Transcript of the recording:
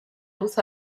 luz